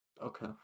Okay